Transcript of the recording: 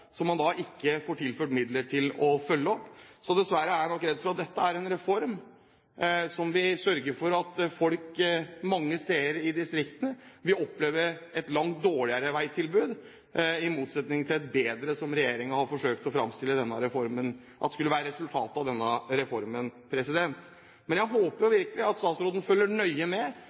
Så dessverre er jeg nok redd for at dette er en reform som vil sørge for at folk mange steder i distriktene vil oppleve et langt dårligere veitilbud, i motsetning til et bedre, som regjeringen har forsøkt å fremstille skulle bli resultatet av denne reformen. Men jeg håper virkelig at statsråden følger nøye med,